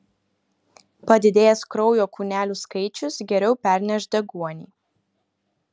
padidėjęs kraujo kūnelių skaičius geriau perneš deguonį